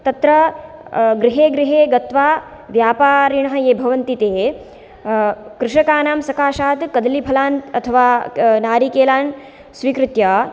तत्र गृहे गृहे गत्वा व्यापारिणः ये भवन्ति ते कृषकाणां सकाशात् कदलीफलान् अथवा नारिकेलान् स्वीकृत्य